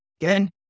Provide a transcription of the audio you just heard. Again